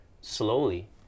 slowly